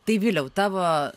tai vyliau tavo